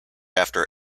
after